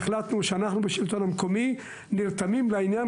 והחלטנו שאנחנו בשלטון המקומי נרתמים לעניין,